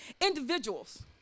individuals